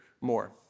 more